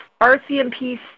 rcmp